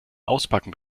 auspacken